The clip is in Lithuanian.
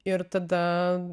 ir tada